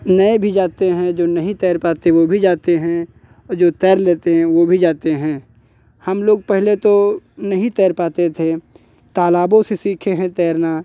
नए भी जाते हैं जो नहीं तैर पाते वो भी जाते हैं औ जो तैर लेते हैं वो भी जाते हैं हम लोग पहले तो नहीं तैर पाते थे तालाबों से सीखे हैं तैरना